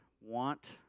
want